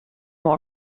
will